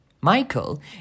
Michael